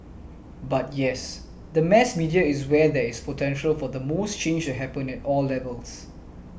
but yes the mass media is where there is potential for the most change to happen at all levels